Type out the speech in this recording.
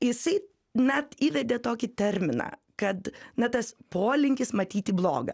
jisai net įvedė tokį terminą kad na tas polinkis matyti blogą